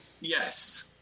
Yes